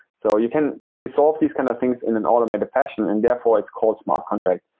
so you can resolve these kind of things in an automated fashion and therefore it's called smart contract.